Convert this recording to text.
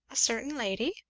a certain lady?